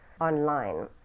online